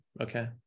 Okay